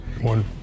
One